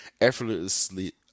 effortlessly